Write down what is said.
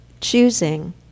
choosing